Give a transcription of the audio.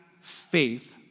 faith